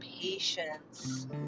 patience